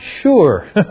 sure